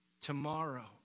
tomorrow